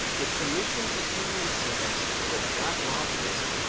the commission's opinion says that that lobbyist,